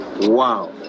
Wow